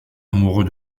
amoureux